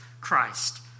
Christ